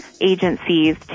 agencies